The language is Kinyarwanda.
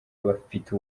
abafite